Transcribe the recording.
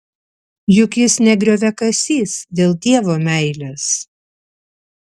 juk jis ne grioviakasys dėl dievo meilės